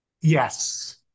Yes